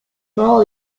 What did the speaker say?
nuevo